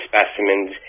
specimens